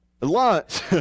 Lunch